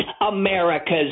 America's